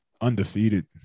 undefeated